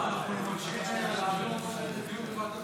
אנחנו מבקשים להעביר את זה לדיון בוועדת הכלכלה.